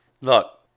Look